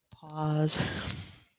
pause